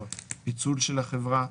פיצול של החברה,